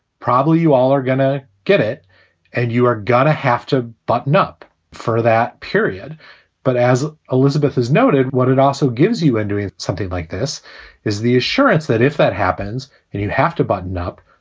probably you all are going to get it and you are gonna have to button-up for that period but as ah elizabeth has noted, what it also gives you and doing something like this is the assurance that if that happens and you have to button up,